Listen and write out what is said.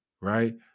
right